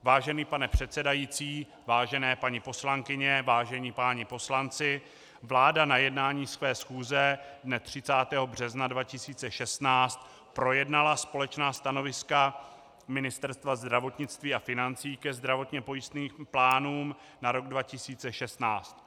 Vážený pane předsedající, vážené paní poslankyně, vážení páni poslanci, vláda na jednání své schůze dne 30. března 2016 projednala společná stanoviska ministerstev zdravotnictví a financí ke zdravotně pojistným plánům na rok 2016.